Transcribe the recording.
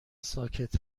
ساکت